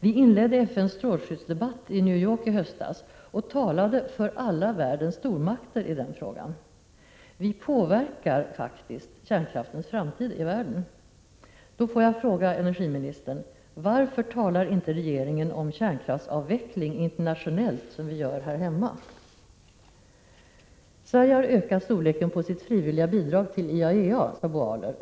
Vi inledde FN:s strålskyddsdebatt i New York i höstas och talade för alla världens stormakter i den frågan. Vi påverkar faktiskt kärnkraftens framtid i världen. Får jag fråga energiministern: Varför talar inte regeringen om kärnkraftsavveckling internationellt som vi gör här hemma? Sverige har ökat storleken på sitt frivilliga bidrag till IAEA, sade Bo Aler.